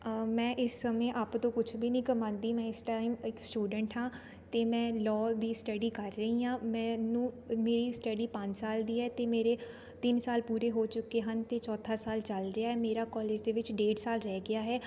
ਮੈਂ ਇਸ ਸਮੇਂ ਆਪ ਤੋਂ ਕੁਛ ਵੀ ਨਹੀਂ ਕਮਾਉਂਦੀ ਮੈਂ ਇਸ ਟਾਈਮ ਇੱਕ ਸਟੂਡੈਂਟ ਹਾਂ ਅਤੇ ਮੈਂ ਲੋਅ ਦੀ ਸਟੱਡੀ ਕਰ ਰਹੀ ਹਾਂ ਮੈਨੂੰ ਮੇਰੀ ਸਟੱਡੀ ਪੰਜ ਸਾਲ ਦੀ ਹੈ ਅਤੇ ਮੇਰੇ ਤਿੰਨ ਸਾਲ ਪੂਰੇ ਹੋ ਚੁੱਕੇ ਹਨ ਅਤੇ ਚੌਥਾ ਸਾਲ ਚੱਲ ਰਿਹਾ ਮੇਰਾ ਕੋਲਿਜ ਦੇ ਵਿੱਚ ਡੇਢ ਸਾਲ ਰਹਿ ਗਿਆ ਹੈ